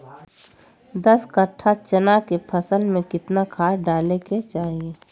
दस कट्ठा चना के फसल में कितना खाद डालें के चाहि?